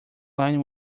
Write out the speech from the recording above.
line